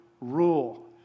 rule